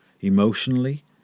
emotionally